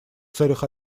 целях